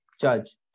judge